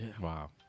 Wow